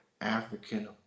African